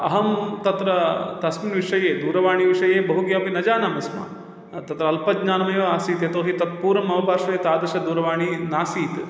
अहं तत्र तस्मिन् विषये दूरवाणीविषये बहु किमपि न जानामि स्म तत्र अल्पज्ञानमेव आसीत् यतो हि तत् पूर्वं मम पार्श्वे तादृशदूरवाणी नासीत्